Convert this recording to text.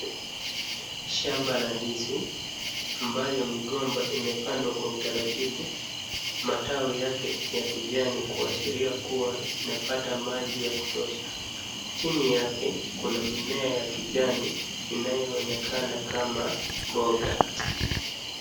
Shamba la ndizi ambayo migomba imepandwa kwa utaratibu, matawi yake ya kijani kuashiria kuwa inapata maji ya kutosha, chini yake kuna mimea ya kijani inayoonekana kama mboga.